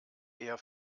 eher